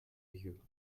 you